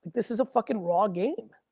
this is a fucking raw game.